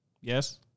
Yes